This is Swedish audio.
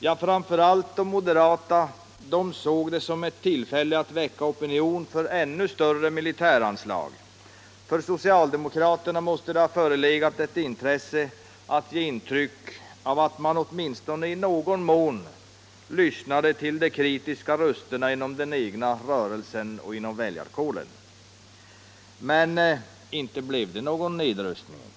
Ja, framför allt de moderata såg det som ett tillfälle att väcka opinion för ännu större militäranslag. För socialdemokraterna måste det ha förelegat ett intresse av att ge intrycket att man åtminstone i någon mån lyssnade till de kristiska rösterna inom den egna rörelsen och inom väljarkåren. Men inte blev det någon nedrustning.